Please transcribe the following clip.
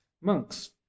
Monks